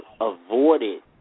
avoided